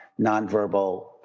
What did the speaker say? nonverbal